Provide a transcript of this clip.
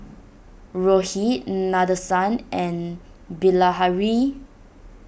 Rohit Nadesan and Bilahari